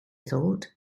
thought